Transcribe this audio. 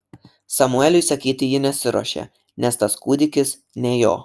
samueliui sakyti ji nesiruošė nes tas kūdikis ne jo